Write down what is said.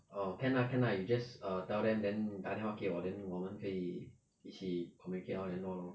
orh can lah can lah you just err tell them then 你打电话给我 then 我们可以一起 communicate lor 联络 lor